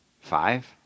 Five